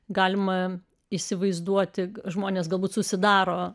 galima įsivaizduoti žmonės galbūt susidaro